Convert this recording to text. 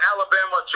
Alabama